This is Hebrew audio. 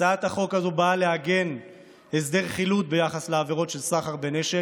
הצעת החוק הזו באה לעגן הסדר חילוט ביחס לעבירות של סחר בנשק